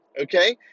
okay